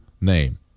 name